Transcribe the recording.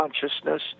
consciousness